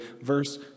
Verse